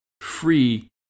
Free